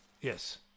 Yes